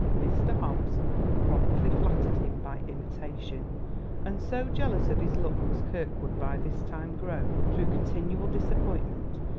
mr. hobbs promptly flattered him by imitation and so jealous of his luck was kirkwood by this time grown, through continual disappointment,